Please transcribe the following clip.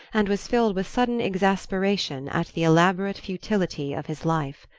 and was filled with sudden exasperation at the elaborate futility of his life.